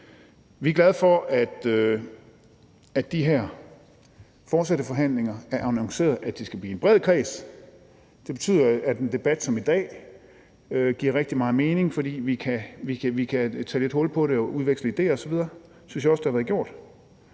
annonceret, at de fortsatte forhandlinger skal foregå i en bred kreds. Det betyder, at en debat som den i dag giver rigtig meget mening, fordi vi kan tage lidt hul på det og udveksle idéer osv., og det synes jeg også vi har gjort.